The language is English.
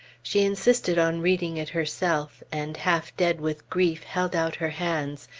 she insisted on reading it herself, and half dead with grief held out her hands,